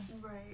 Right